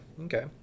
Okay